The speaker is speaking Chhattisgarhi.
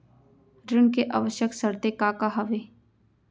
ऋण के आवश्यक शर्तें का का हवे?